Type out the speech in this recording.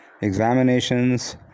examinations